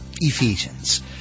Ephesians